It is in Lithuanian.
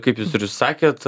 kaip jūs ir sakėt